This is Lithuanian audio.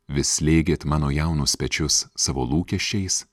vis slėgėt mano jaunus pečius savo lūkesčiais